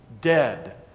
dead